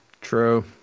True